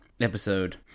episode